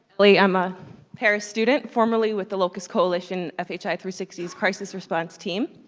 hi, i'm a harris student, formerly with the locus coalition fhi three sixty s crisis response team.